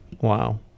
wow